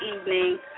evening